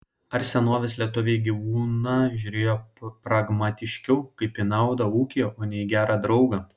ar senovės lietuviai į gyvūną žiūrėjo pragmatiškiau kaip į naudą ūkyje o ne į gerą draugą